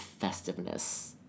festiveness